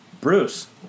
Bruce